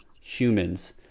humans